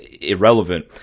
irrelevant